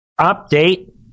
update